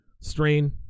strain